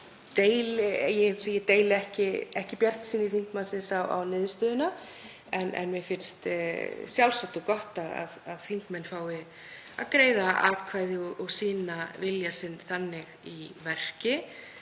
ég deili ekki bjartsýni þingmannsins á niðurstöðuna en mér finnst sjálfsagt og gott að menn fái að greiða atkvæði og sýna vilja sinn þannig í verki